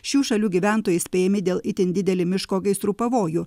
šių šalių gyventojai įspėjami dėl itin dideli miško gaisrų pavojų